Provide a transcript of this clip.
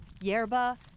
yerba